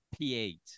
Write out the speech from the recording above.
p8